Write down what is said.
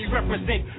represent